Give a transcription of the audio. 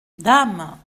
dame